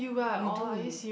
you do you